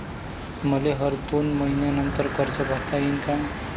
मले हर दोन मयीन्यानंतर कर्ज भरता येईन का?